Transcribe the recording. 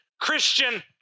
Christian